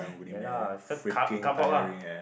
ya lah card~ cardboard lah